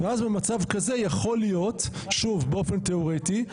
במצב כזה יכול להיות, שוב באופן תיאורטי,